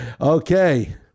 Okay